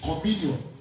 Communion